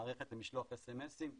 מערכת למשלוח אס.אמ.אסים,